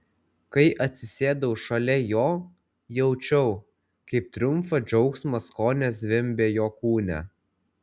kai atsisėdau šalia jo jaučiau kaip triumfo džiaugsmas kone zvimbia jo kūne